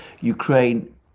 ukraine